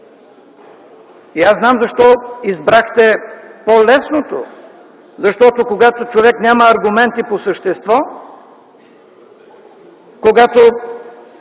И аз знам защо избрахте по-лесното! Защото, когато човек няма аргументи по същество, когато